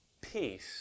peace